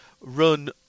run